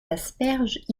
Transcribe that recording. asperges